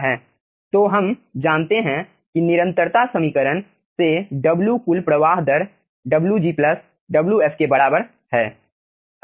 तो हम जानते हैं कि निरंतरता समीकरण से W कुल प्रवाह दर Wg प्लस Wf के बराबर है